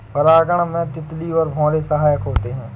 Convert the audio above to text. परागण में तितली और भौरे सहायक होते है